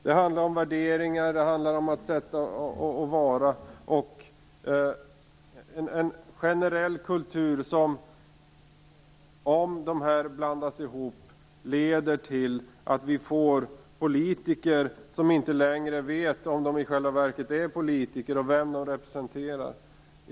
Det handlar om värderingar och om sättet att vara, liksom om en generell kultur som, om nämnda områden blandas ihop, leder till att vi får politiker som inte längre vet om de i själva verket är politiker och vem de representerar.